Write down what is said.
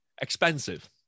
Expensive